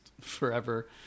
forever